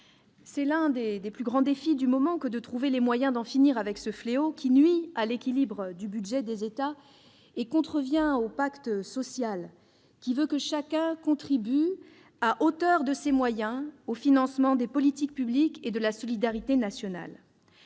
C'est l'un des plus grands défis du moment que de trouver les moyens d'en finir avec ce fléau, qui nuit à l'équilibre du budget des États et contrevient au pacte social en vertu duquel chacun contribue à hauteur de ses moyens au financement des politiques publiques et de la solidarité nationale.